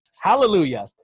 Hallelujah